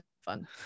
fun